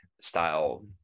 style